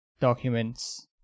documents